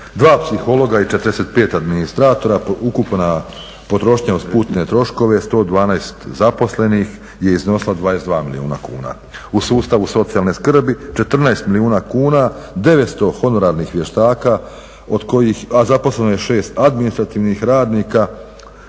2 psihologa i 45 administratora, ukupna potrošnja uz putne troškove 112 zaposlenih je iznosila 22 milijuna kuna. U sustavu socijalne skrbi 14 milijuna kuna, 900 honorarnih vještaka, a zaposleno je 6 administrativnih radnika,